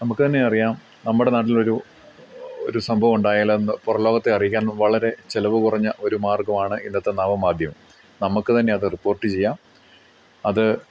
നമുക്ക് തന്നെ അറിയാം നമ്മുടെ നാട്ടിലൊരു ഒരു സംഭവം ഉണ്ടായാലന്ന് പുറംലോകത്തെ അറിയിക്കാൻ വളരെ ചിലവ് കുറഞ്ഞ ഒരു മാർഗ്ഗമാണ് ഇന്നത്തെ നവമാധ്യമം നമുക്ക് തന്നെ അത് റിപ്പോർട്ട് ചെയ്യാം അത്